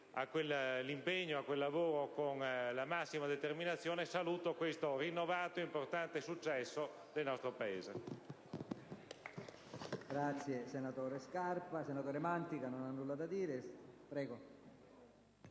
partecipai a quel lavoro con la massima determinazione, saluto questo rinnovato e importante successo del nostro Paese.